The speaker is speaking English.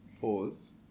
Pause